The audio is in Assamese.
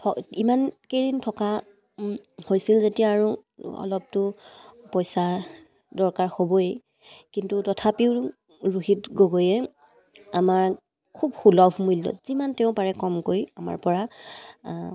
ইমানকেইদিন থকা হৈছিল যেতিয়া আৰু অলপটো পইচা দৰকাৰ হ'বই কিন্তু তথাপিও ৰোহিত গগৈয়ে আমাক খুব সুলভ মূল্য যিমান তেওঁ পাৰে কমকৈ আমাৰপৰা